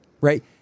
right